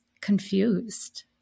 confused